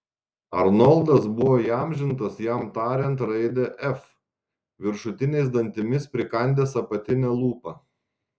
arnoldas buvo įamžintas jam tariant raidę f viršutiniais dantimis prikandęs apatinę lūpą